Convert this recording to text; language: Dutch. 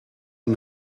aan